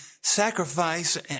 sacrifice